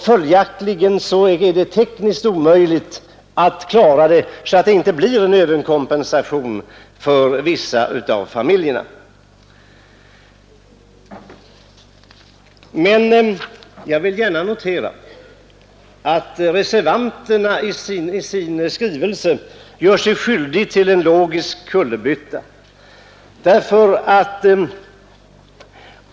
Följaktligen är det tekniskt omöjligt att klara detta så att det inte blir en överkompensation för vissa av familjerna. Jag vill sedan notera att reservanterna i sin skrivning gör sig skyldiga till en logisk kullerbytta.